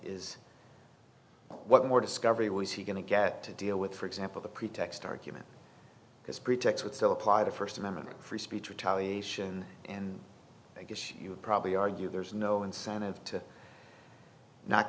is what more discovery was he going to get to deal with for example the pretext argument because pretext would still apply to st amendment free speech or tally and i guess you would probably argue there's no incentive to not